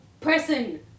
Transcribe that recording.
person